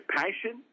passion